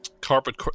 Carpet